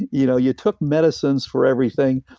you know you took medicines for everything,